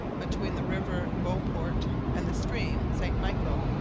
between the river beauport and the stream st michel,